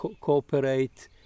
cooperate